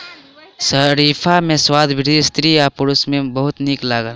शरीफा के स्वाद वृद्ध स्त्री आ पुरुष के बहुत नीक लागल